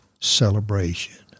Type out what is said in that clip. celebration